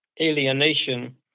alienation